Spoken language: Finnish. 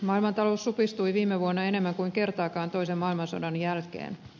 maailmantalous supistui viime vuonna enemmän kuin kertaakaan toisen maailmansodan jälkeen